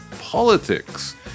politics